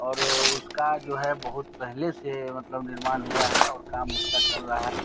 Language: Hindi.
और उसका जो है बहुत पहले से मतलब निर्माण हुआ है और काम उसका चल रहा है